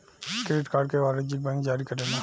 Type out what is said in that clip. credit card के वाणिजयक bank जारी करेला